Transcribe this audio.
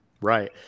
Right